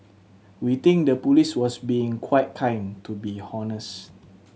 we think the police was being quite kind to be honest